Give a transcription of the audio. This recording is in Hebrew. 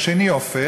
השני אופה,